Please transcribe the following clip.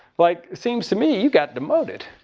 like, seems to me you got demoted.